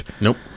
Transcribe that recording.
nope